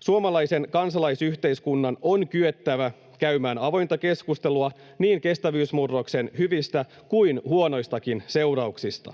Suomalaisen kansalaisyhteiskunnan on kyettävä käymään avointa keskustelua niin kestävyysmurroksen hyvistä kuin huonoistakin seurauksista.